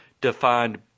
defined